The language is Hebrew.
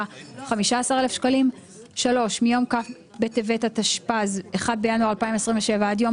בא "15,000"; (3) מיום כ' בטבת התשפ"ז (1 בינואר 2027) עד יום